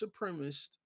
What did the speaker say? supremacist